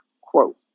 quote